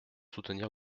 soutenir